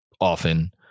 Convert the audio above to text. often